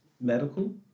Medical